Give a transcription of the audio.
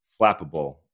flappable